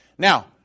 Now